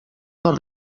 per